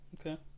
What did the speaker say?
Okay